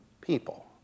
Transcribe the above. people